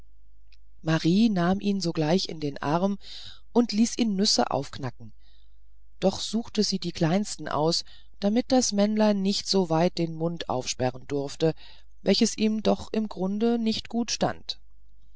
marie nahm ihn sogleich in den arm und ließ ihn nüsse aufknacken doch suchte sie die kleinsten aus damit das männlein nicht so weit den mund aufsperren durfte welches ihm doch im grunde nicht gut stand